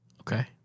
Okay